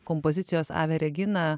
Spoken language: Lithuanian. kompozicijos ave regina